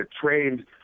trained